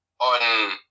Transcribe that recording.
on